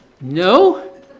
No